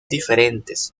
diferentes